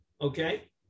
Okay